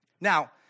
Now